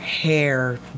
hair